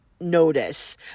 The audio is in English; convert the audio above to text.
notice